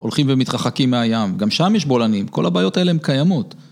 הולכים ומתרחקים מהים, גם שם יש בולענים, כל הבעיות האלה הן קיימות.